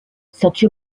such